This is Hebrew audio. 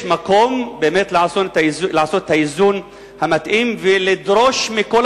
יש מקום באמת לעשות את האיזון המתאים ולדרוש מכל